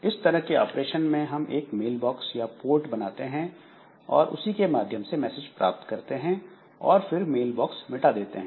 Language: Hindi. इस तरह के ऑपरेशन में हम एक मेल बॉक्स या पोर्ट बनाते हैं और उसी के माध्यम से मैसेज प्राप्त करते हैं और फिर मेल बॉक्स मिटा देते हैं